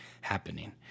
happening